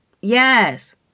Yes